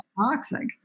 toxic